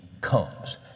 comes